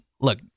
look